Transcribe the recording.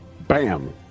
Bam